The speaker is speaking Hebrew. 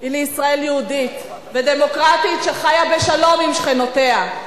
היא לישראל יהודית ודמוקרטית שחיה בשלום עם שכנותיה.